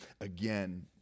again